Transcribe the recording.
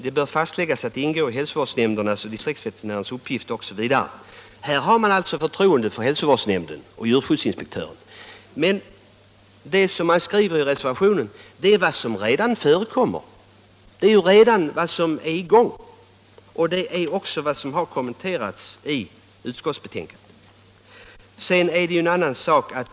Det bör fastläggas att det ingår i hälsovårdsnämndernas och distriktsveterinärernas uppgifter ——--.” Här har man alltså förtroende för hälsovårdsnämnden och djurskyddsinspektören. Men det som begärs i reservationen förekommer redan och har kommenterats i betänkandet.